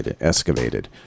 excavated